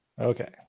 Okay